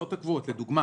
לדוגמה